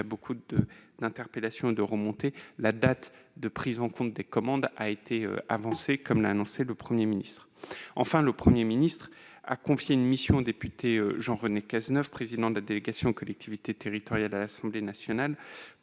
de nombreuses observations remontées du terrain, la date de prise en compte des commandes a été avancée, comme l'a annoncé le Premier ministre. Enfin, le Premier ministre a confié une mission au député Jean-René Cazeneuve, président de la délégation aux collectivités territoriales de l'Assemblée nationale,